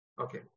Okay